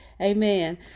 amen